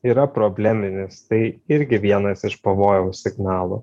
yra probleminis tai irgi vienas iš pavojaus signalų